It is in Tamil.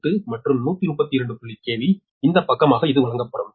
8 மற்றும் 132 KV இந்த பக்கமாக இது வழங்கப்படும்